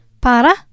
Para